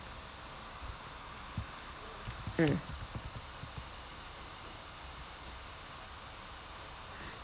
mm